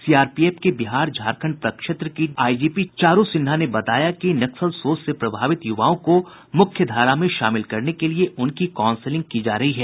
CRPF के बिहार झारखंड प्रक्षेत्र की आईजीपी चारू सिन्हा ने बताया कि नक्सल सोच से प्रभावित युवाओं को मुख्य धारा में शामिल करने के लिए उनकी कॉउसिलिंग की जा रही है